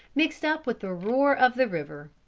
mixed up with the roar of the river.